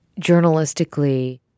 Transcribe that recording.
journalistically